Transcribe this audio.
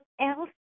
else